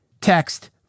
Text